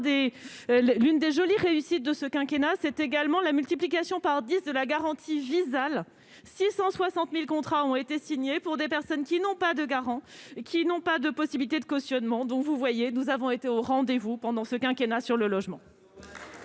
l'une des jolies réussite de ce quinquennat c'est également la multiplication par 10 de la garantie Visale 660000 contrats ont été signés pour des personnes qui n'ont pas de garant qui n'ont pas de possibilités de cautionnement dont vous voyez, nous avons été au rendez-vous pendant ce quinquennat sur le logement.